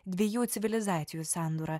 dviejų civilizacijų sandūrą